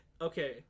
okay